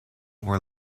were